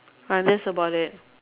uh that's about it